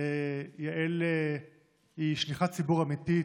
יעל היא שליחת ציבור אמיתית.